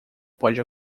pode